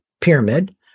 pyramid